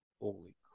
holy